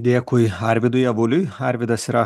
dėkui arvydui avuliui arvydas